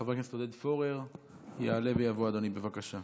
חבר הכנסת עודד פורר, יעלה ויבוא אדוני, בבקשה.